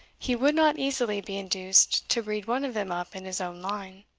he would not easily be induced to breed one of them up in his own line.